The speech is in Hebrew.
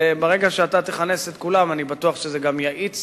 וברגע שאתה תכנס את כולם, אני בטוח שזה יאיץ